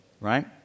right